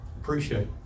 Appreciate